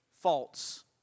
false